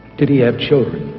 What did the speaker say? did he have children?